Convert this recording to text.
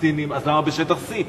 לפלסטינים, אז למה בשטח C?